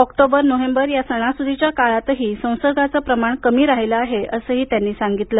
October November या सणासुदीच्या काळातही संसर्गाचे प्रमाण कमी राहिले आहे असंही त्यांनी सांगितलं